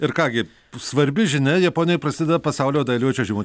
ir ką gi svarbi žinia japonijoj prasideda pasaulio dailiojo čiuožimo